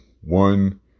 One